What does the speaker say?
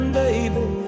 baby